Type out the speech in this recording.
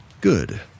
Good